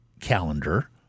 calendar